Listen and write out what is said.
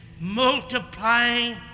multiplying